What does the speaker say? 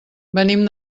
venim